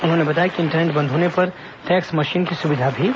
उन्होंने बताया कि इंटरनेट बंद होने पर फैक्स मशीन की सुविधा भी दी गई है